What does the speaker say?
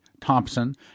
Thompson